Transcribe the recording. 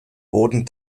wurden